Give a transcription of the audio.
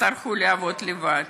יצטרכו לעבוד לבד,